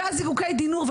וזיקוקי הדינור,